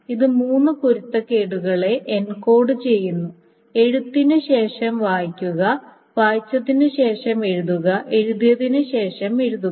ഇത് മൂന്ന് പൊരുത്തക്കേടുകളെ എൻകോഡ് ചെയ്യുന്നു എഴുത്തിന് ശേഷം വായിക്കുക വായിച്ചതിന് ശേഷം എഴുതുക എഴുതിയതിന് ശേഷം എഴുതുക